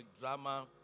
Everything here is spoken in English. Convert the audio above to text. drama